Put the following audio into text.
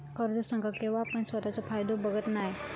कर्ज संघ केव्हापण स्वतःचो फायदो बघत नाय